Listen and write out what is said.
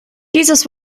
dieses